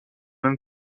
même